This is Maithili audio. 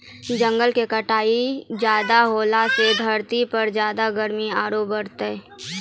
जंगल के कटाई ज्यादा होलॅ सॅ धरती पर ज्यादा गर्मी आरो बढ़तै